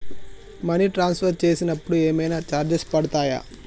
Money transfer చేసినప్పుడు ఏమైనా charges పడతయా?